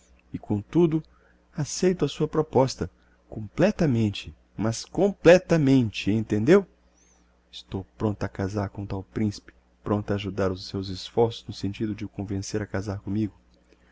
e comtudo acceito a sua proposta completamente mas completamente entendeu estou prompta a casar com o tal principe prompta a ajudar os seus esforços no sentido de o convencer a casar commigo